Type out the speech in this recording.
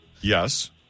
Yes